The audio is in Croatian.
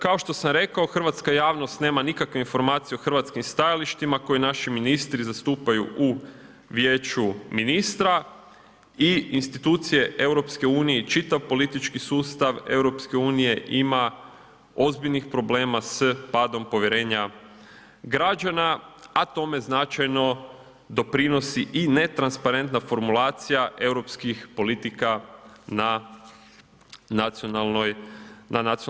Kao što sam rekao hrvatska javnost nema nikakve informacije o hrvatskim stajalištima koje naši ministri zastupaju u Vijeću ministara i institucije EU i čitav politički sustav EU ima ozbiljnih problema s padom povjerenja građana, a tome značajno doprinosi i netransparentna formulacija europskih politika na nacionalnoj razini.